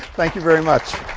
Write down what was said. thank you very much